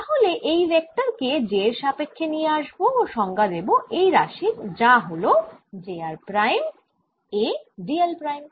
তাহলে এই ভেক্টর কে j এর সাপেক্ষ্যে নিয়ে আসব ও সংজ্ঞা দেব এই রাশির যা হল j r prime a d l prime